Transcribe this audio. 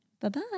Bye-bye